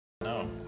No